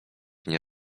nie